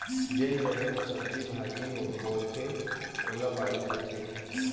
जेन जघा म सब्जी भाजी बोथें ओला बाड़ी कथें